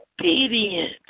obedience